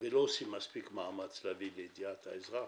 ולא עושים מספיק מאמץ להביא לידיעת האזרח